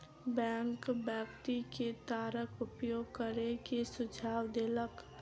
bank व्यक्ति के तारक उपयोग करै के सुझाव देलक